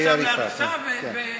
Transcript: אי-הריסה, כן.